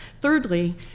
Thirdly